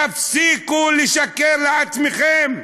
תפסיקו לשקר לעצמכם.